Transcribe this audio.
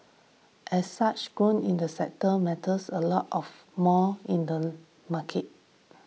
as such growth in the sector matters a lot of more in the market